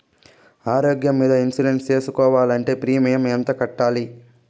ఆరోగ్యం మీద ఇన్సూరెన్సు సేసుకోవాలంటే ప్రీమియం ఎంత కట్టాలి?